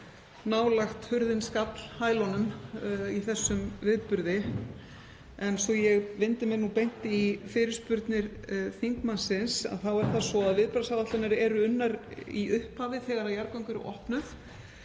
nálægt hurðin skall hælunum í þessum viðburði. En svo ég vindi mér beint í fyrirspurnir þingmannsins þá er það svo að viðbragðsáætlanir eru unnar í upphafi þegar jarðgöng eru opnuð.